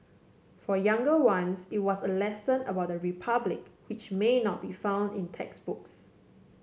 for younger ones it was a lesson about the Republic which may not be found in textbooks